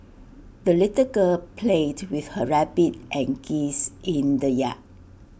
the little girl played with her rabbit and geese in the yard